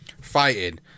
fighting